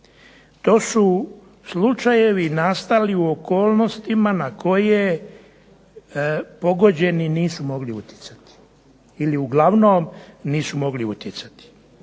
To su slučajevi nastali u okolnostima na koje pogođeni nisu mogli utjecati ili uglavnom nisu mogli utjecati.